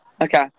Okay